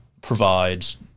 provides